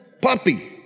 puppy